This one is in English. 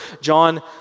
John